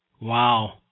Wow